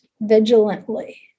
vigilantly